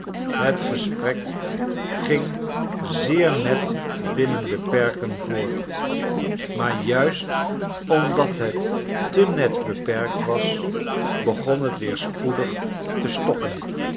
het gesprek ging zeer net binnen de perken voort maar juist omdat het te net beperkt was begon het weer spoedig te stokken